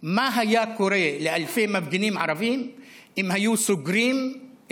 מה היה קורה לאלפי מפגינים ערבים אם הם היו סוגרים את